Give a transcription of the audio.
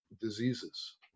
diseases